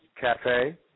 Cafe